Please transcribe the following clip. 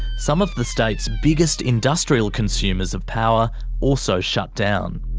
some of the state's biggest industrial consumers of power also shut down,